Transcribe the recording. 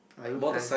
are you plan